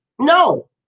No